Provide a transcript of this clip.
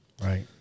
right